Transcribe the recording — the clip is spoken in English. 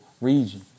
region